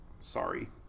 Sorry